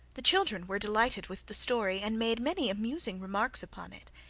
the children were delighted with the story, and made many amusing remarks upon it.